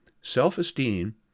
self-esteem